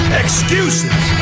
excuses